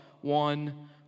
one